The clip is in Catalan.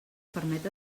permet